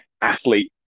athlete